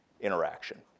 interaction